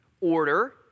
order